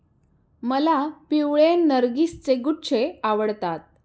मला पिवळे नर्गिसचे गुच्छे आवडतात